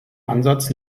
ansatz